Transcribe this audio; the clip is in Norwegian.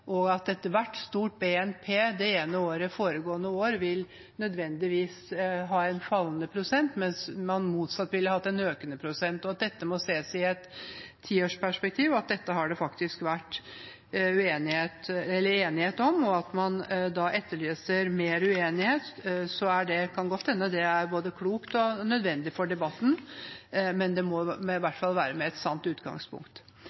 at ethvert stort BNP det ene året vil det foregående år nødvendigvis ha hatt en fallende prosent, mens man, motsatt, ville hatt en økende prosent, at dette må ses i et tiårsperspektiv, og at dette har det faktisk vært enighet om. At man da etterlyser mer uenighet, kan det godt hende er både klokt og nødvendig for debatten, men det må